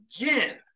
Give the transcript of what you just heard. again